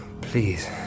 please